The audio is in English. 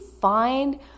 find